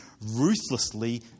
ruthlessly